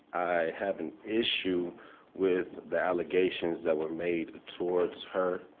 have an issue with the allegations that were made towards her,